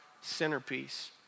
centerpiece